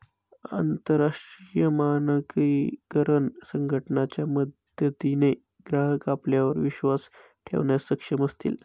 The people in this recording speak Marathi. अंतरराष्ट्रीय मानकीकरण संघटना च्या मदतीने ग्राहक आपल्यावर विश्वास ठेवण्यास सक्षम असतील